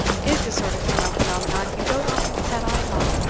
is the sort of female phenomenon you don't often set eyes on.